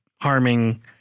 harming